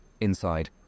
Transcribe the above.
Inside